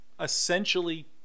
essentially